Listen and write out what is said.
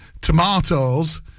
tomatoes